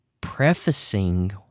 prefacing